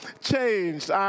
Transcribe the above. changed